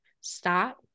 stop